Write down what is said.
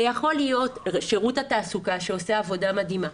זה יכול להיות שירות התעסוקה שעושה עבודה מדהימה,